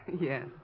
Yes